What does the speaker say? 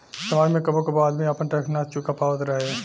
समाज में कबो कबो आदमी आपन टैक्स ना चूका पावत रहे